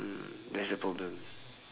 mm that's the problem